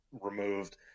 removed